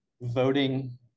voting